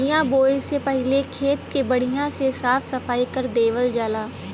बिया बोये से पहिले खेत के बढ़िया से साफ सफाई कर देवल जाला